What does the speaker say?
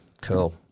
Cool